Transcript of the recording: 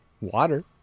Water